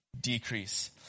decrease